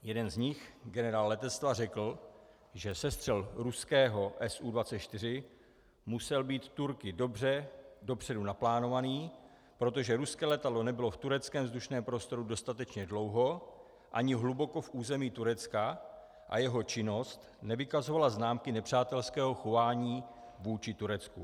Jeden z nich, generál letectva, řekl, že sestřel ruského Su24 musel být Turky dobře dopředu naplánovaný, protože ruské letadlo nebylo v tureckém vzdušném prostoru dostatečně dlouho ani hluboko v území Turecka a jeho činnost nevykazovala známky nepřátelského chování vůči Turecku.